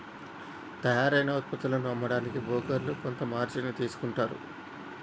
తయ్యారైన వుత్పత్తులను అమ్మడానికి బోకర్లు కొంత మార్జిన్ ని తీసుకుంటారు